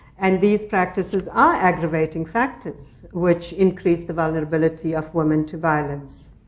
and these practices are aggravating factors, which increase the vulnerability of women to violence.